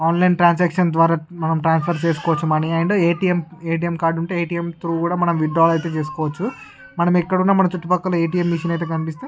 online transaction ద్వారా మనం transfer చేసుకోవచ్చు money and ATM ATM card ఉంటే ఏటీఎం త్రు కూడా మనం విత్డ్రా అయితే చేసుకోవచ్చు మనం ఇక్కడ ఉన్న మన చుట్టుపక్కల ఏటీఎం మిషన్ అయితే కనిపిస్తే